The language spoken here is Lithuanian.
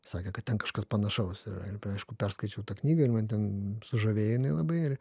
sakė kad ten kažkas panašaus yra ir aišku perskaičiau tą knygą ir man ten sužavėjo jinai labai ir